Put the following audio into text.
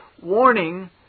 warning